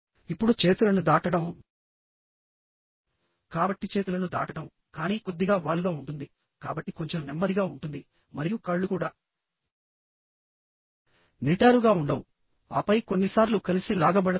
ఇప్పుడు చేతులను దాటడం కాబట్టి చేతులను దాటడం కానీ కొద్దిగా వాలుగా ఉంటుంది కాబట్టి కొంచెం నెమ్మదిగా ఉంటుంది మరియు కాళ్ళు కూడా నిటారుగా ఉండవు ఆపై కొన్నిసార్లు కలిసి లాగబడతాయి